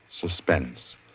Suspense